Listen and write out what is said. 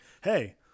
Hey